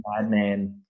Madman